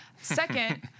Second